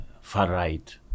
far-right